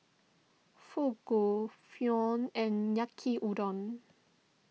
Fugu Pho and Yaki Udon